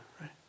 right